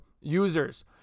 users